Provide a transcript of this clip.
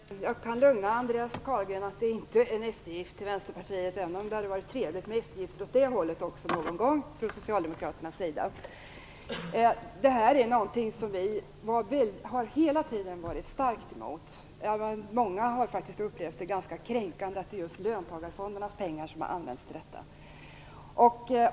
Fru talman! Jag kan lugna Andreas Carlgren med att det inte är en eftergift till Vänsterpartiet, även om det kunde vara trevligt med eftergifter åt det hållet också någon gång från Socialdemokraternas sida. Vi har hela tiden varit starkt emot det här. Många har faktiskt upplevt det som ganska kränkande att det är just löntagarfondernas pengar som har använts till detta.